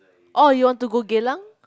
or you want to go Geylang